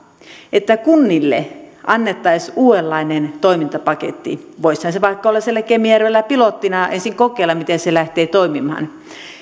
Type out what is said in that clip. että kunnille annettaisiin uudenlainen toimintapaketti voisihan se vaikka olla siellä kemijärvellä pilottina voisi ensin kokeilla miten se lähtee toimimaan